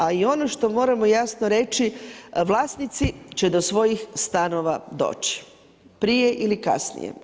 Ali ono što moramo jasno reći, vlasnici će do svojih stanova doći prije ili kasnije.